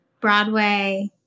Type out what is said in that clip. Broadway